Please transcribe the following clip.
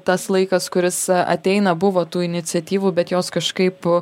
tas laikas kuris ateina buvo tų iniciatyvų bet jos kažkaip